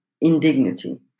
indignity